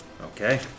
Okay